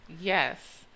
Yes